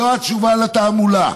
זאת התשובה על התעמולה.